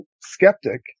skeptic